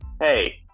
hey